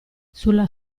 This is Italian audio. sulla